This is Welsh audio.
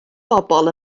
bobl